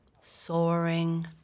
soaring